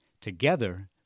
Together